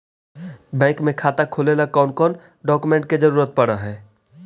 Bank में खाता खोले ल कौन कौन डाउकमेंट के जरूरत पड़ है?